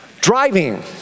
driving